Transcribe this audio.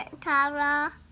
Tara